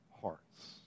hearts